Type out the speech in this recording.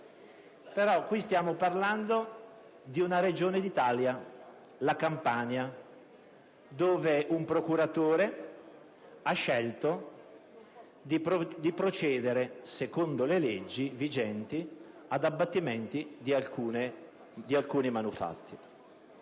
Però qui stiamo parlando di una Regione d'Italia, la Campania, dove un procuratore ha scelto di procedere, secondo le leggi vigenti, all'abbattimento di alcuni manufatti.